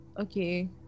Okay